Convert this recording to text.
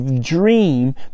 dream